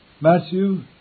Matthew